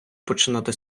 починати